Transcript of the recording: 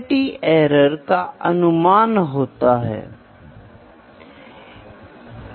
इसलिए जब यह अननोन आता है और इसकी तुलना स्टैंडर्ड के साथ की जाती है